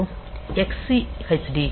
மற்றும் XCHD